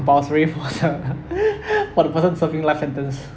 compulsory for the for the person serving life sentence